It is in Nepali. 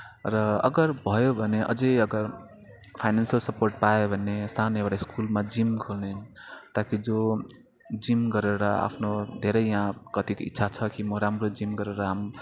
र अगर भयो भने अझै अगर फाइनेन्सियल सपोर्ट पाएँ भने सानो एउटा स्कुलमा जिम खोल्ने ताकि जो जिम गरेर आफ्नो धेरै या कतिको इच्छा छ कि म राम्रो जिम गरेर